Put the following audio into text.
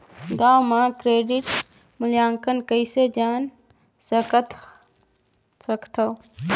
गांव म क्रेडिट मूल्यांकन कइसे जान सकथव?